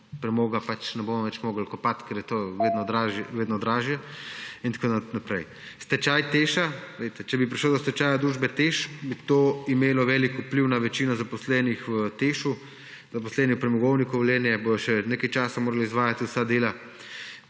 Premoga ne bomo mogli kopati, ker je to vedno dražje in tako naprej. Stečaj TEŠ. Poglejte, če bi prišlo do stečaja družbe TEŠ, bi to imelo velik vpliv na večino zaposlenih v TEŠ, zaposleni v Premogovniku Velenje bodo še nekaj časa morali izvajati vsa dela.